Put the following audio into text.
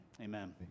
Amen